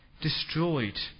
destroyed